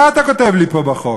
מה אתה כותב לי פה בחוק?